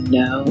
no